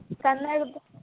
ಕನ್ನಡದ್ದು